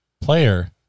player